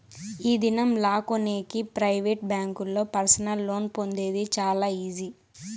ఈ దినం లా కొనేకి ప్రైవేట్ బ్యాంకుల్లో పర్సనల్ లోన్ పొందేది చాలా ఈజీ